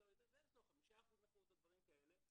יש לו 5% נכות או דברים כאלה,